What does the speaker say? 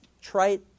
trite